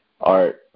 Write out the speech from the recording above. art